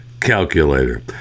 Calculator